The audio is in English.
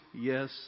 yes